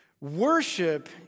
Worship